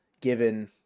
given